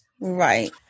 Right